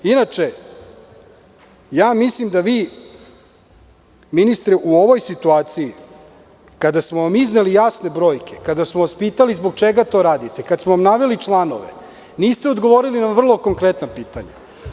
Inače, mislim da vi ministre u ovoj situaciji, kada smo vam izneli jasne brojke, kada smo vas pitali zbog čega to radite, kada smo vam naveli članove, niste odgovorili na vrlo konkretna pitanja.